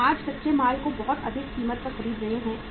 हम आज कच्चे माल को बहुत अधिक कीमत पर खरीद रहे हैं